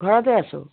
ঘৰতে আছোঁ